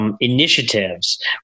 Initiatives